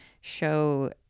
show